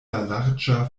larĝa